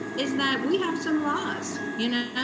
is that we have some laws, you know.